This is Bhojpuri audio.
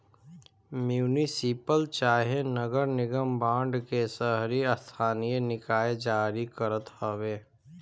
म्युनिसिपल चाहे नगर निगम बांड के शहरी स्थानीय निकाय जारी करत हवे